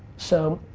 so,